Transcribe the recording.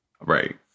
Right